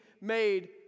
made